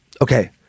Okay